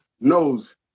knows